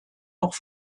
auch